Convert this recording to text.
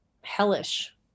hellish